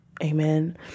Amen